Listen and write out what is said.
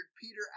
Peter